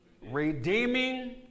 Redeeming